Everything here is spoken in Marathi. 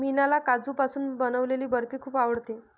मीनाला काजूपासून बनवलेली बर्फी खूप आवडते